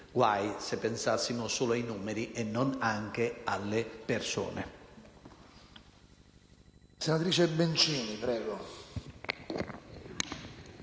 Guai se pensassimo solo ai numeri e non anche alle persone.